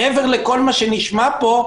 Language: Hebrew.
מעבר לכל מה שנשמע פה,